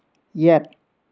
yet